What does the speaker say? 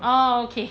orh okay